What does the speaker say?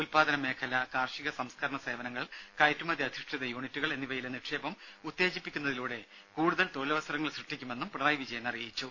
ഉല്പാദന മേഖല കാർഷിക സംസ്കരണ സേവനങ്ങൾ കയറ്റുമതി അധിഷ്ഠിത യൂണിറ്റുകൾ എന്നിവയിലെ നിക്ഷേപം ഉത്തേജിപ്പിക്കുന്നതിലൂടെ കൂടുതൽ തൊഴിലവസരങ്ങൾ സൃഷ്ടിക്കുമെന്നും മുഖ്യമന്ത്രി അറിയിച്ചു